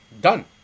done